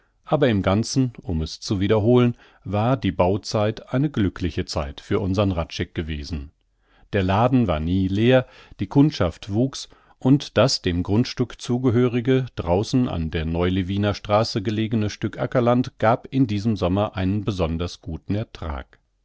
aber im ganzen um es zu wiederholen war die bauzeit eine glückliche zeit für unsern hradscheck gewesen der laden war nie leer die kundschaft wuchs und das dem grundstück zugehörige draußen an der neu lewiner straße gelegene stück ackerland gab in diesem sommer einen besonders guten